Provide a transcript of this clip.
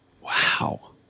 Wow